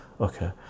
Okay